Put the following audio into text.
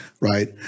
right